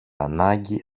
ανάγκη